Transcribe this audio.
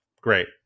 Great